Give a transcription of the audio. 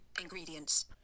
Ingredients